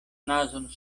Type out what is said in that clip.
nazon